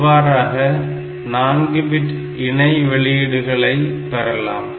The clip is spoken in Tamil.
இவ்வாறாக 4 பிட் இணை வெளியீடுகளை பெறலாம்